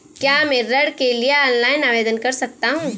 क्या मैं ऋण के लिए ऑनलाइन आवेदन कर सकता हूँ?